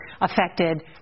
affected